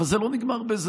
אבל זה לא נגמר בזה.